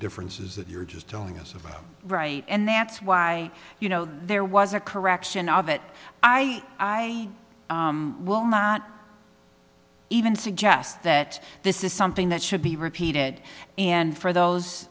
differences that you're just telling us about right and that's why you know there was a correction of it i i will not even suggest that this is something that should be repeated and for